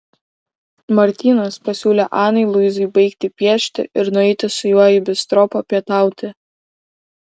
martynas pasiūlė anai luizai baigti piešti ir nueiti su juo į bistro papietauti